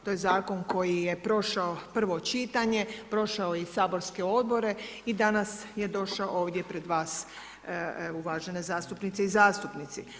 To je zakon koji je prošao prvo čitanje, prošao je i saborske odbore i danas je došao ovdje pred vas uvažene zastupnice i zastupnici.